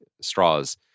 straws